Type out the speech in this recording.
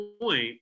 point